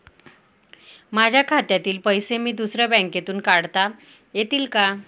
माझ्या खात्यातील पैसे मी दुसऱ्या बँकेतून काढता येतील का?